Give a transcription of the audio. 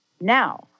now